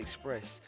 Express